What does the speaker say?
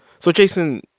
so, jason,